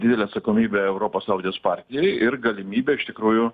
didelė atsakomybė europos liaudies partijai ir galimybė iš tikrųjų